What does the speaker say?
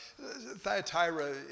Thyatira